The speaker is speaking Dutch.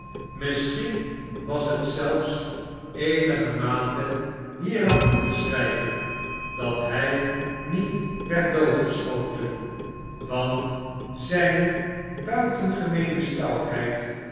misschien was het zelfs eenigermate hieraan toe te schrijven dat hij niet werd doodgeschoten want zijne